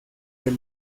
del